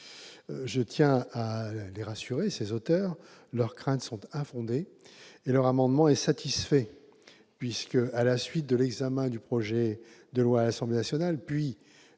Je tiens à les rassurer, leurs craintes sont infondées et leur amendement est satisfait, puisque, à la suite de l'examen du projet de loi à l'Assemblée nationale, puis